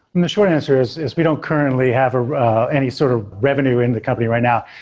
and the short answer is is we don't currently have ah any sort of revenue in the company right now.